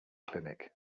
clinic